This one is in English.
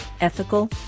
ethical